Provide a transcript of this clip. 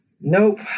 nope